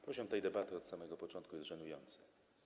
Poziom tej debaty od samego początku jest żenujący.